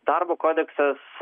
darbo kodeksas